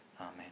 Amen